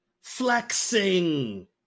flexing